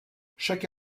chaque